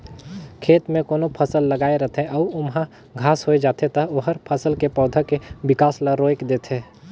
खेत में कोनो फसल लगाए रथे अउ ओमहा घास होय जाथे त ओहर फसल के पउधा के बिकास ल रोयक देथे